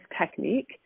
technique